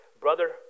Brother